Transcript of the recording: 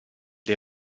dei